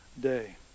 day